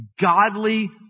godly